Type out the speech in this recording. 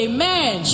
Amen